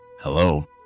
Hello